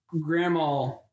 grandma